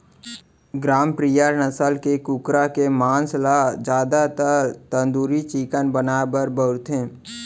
ग्रामप्रिया नसल के कुकरा के मांस ल जादातर तंदूरी चिकन बनाए बर बउरथे